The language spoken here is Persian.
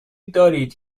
دارید